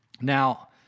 Now